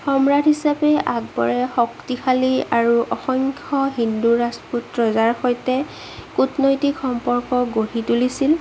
সম্ৰাট হিচাপে আকবৰে শক্তিশালী আৰু অসংখ্য হিন্দু ৰাজপুত ৰজাৰ সৈতে কুটনৈতিক সম্পৰ্ক গঢ়ি তুলিছিল